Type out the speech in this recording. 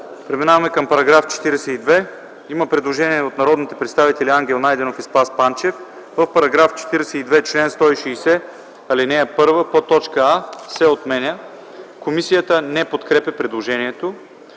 Преминаваме към § 42. Има предложение от народните представители Ангел Найденов и Спас Панчев: В § 42, чл. 160, ал. 1 подточка „а” се отменя. Комисията не подкрепя предложението.